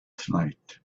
tonight